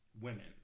women